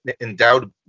endowed